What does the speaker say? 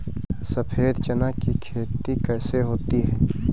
सफेद चना की खेती कैसे होती है?